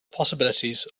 possibilities